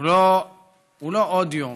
הוא לא עוד יום.